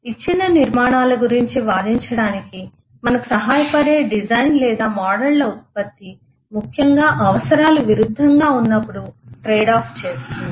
ఇచ్చిన నిర్మాణాల గురించి వాదించడానికి మనకు సహాయపడే డిజైన్ లేదా మోడళ్ల ఉత్పత్తి ముఖ్యంగా అవసరాలు విరుద్ధంగా ఉన్నప్పుడు ట్రేడ్ ఆఫ్ చేస్తుంది